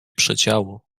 przedziału